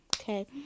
Okay